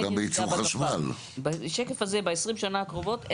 ב-20 השנים הקרובות,